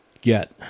get